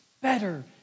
better